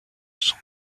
sont